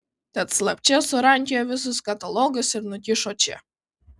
tad slapčia surankiojo visus katalogus ir nukišo čia